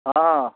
हँ